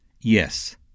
Yes